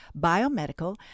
biomedical